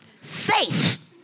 safe